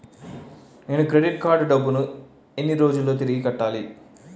నేను credit card డబ్బును ఎన్ని రోజుల్లో తిరిగి కట్టాలి?